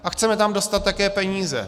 A chceme tam dostat také peníze.